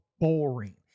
boring